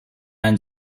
ein